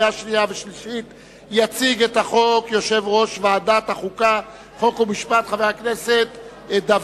התקבלה בקריאה שלישית ותיכנס לספר החוקים של